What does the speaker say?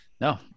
No